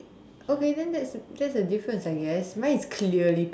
okay then that's the that's the difference I guess mine is clearly pink